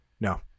No